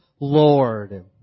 Lord